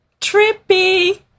Trippy